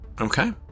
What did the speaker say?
Okay